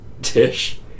dish